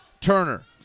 Turner